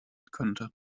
könnte